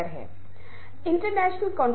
इसलिए बहुत सी चीजें बदल गई हैं